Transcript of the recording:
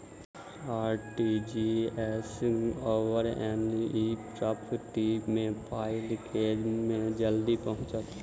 RTGS आओर NEFT मे पाई केँ मे जल्दी पहुँचत?